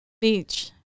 beach